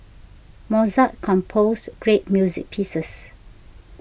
Mozart composed great music pieces